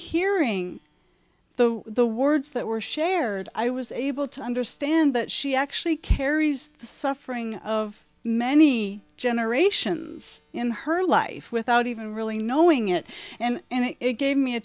hearing the words that were shared i was able to understand that she actually carries the suffering of many generations in her life without even really knowing it and it gave me a